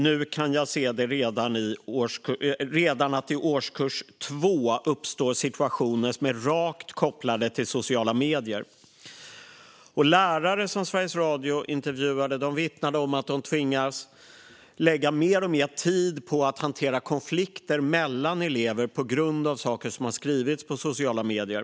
Nu kan jag se att det redan i årskurs 2 uppstår situationer som är rakt kopplade till sociala medier. Lärare som Sveriges Radio intervjuade vittnade om att de tvingas lägga alltmer tid på att hantera konflikter mellan elever på grund av saker som har skrivits på sociala medier.